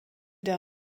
der